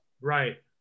right